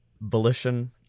volition